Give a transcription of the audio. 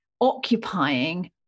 occupying